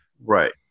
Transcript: Right